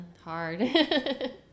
hard